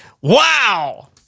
wow